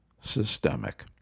systemic